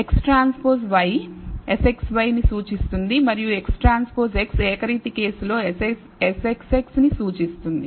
X transpose Y SXy ని సూచిస్తుంది మరియు XTX ఏకరీతి కేసులో SXX ని సూచిస్తుంది